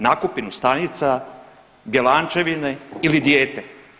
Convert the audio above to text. Nakupinu stanica, bjelančevine ili dijete?